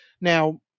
Now